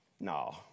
No